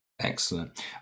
Excellent